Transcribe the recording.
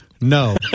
no